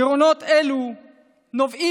גירעונות אלה נובעים,